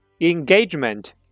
engagement